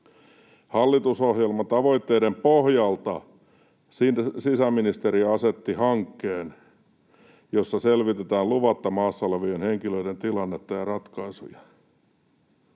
Hallitusohjelman tavoitteiden pohjalta sisäministeriö asetti hankkeen, jossa selvitetään luvatta maassa olevien henkilöiden tilannetta ja ratkaisuja.